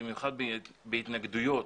במיוחד בהתנגדויות,